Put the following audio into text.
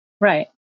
right